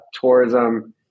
Tourism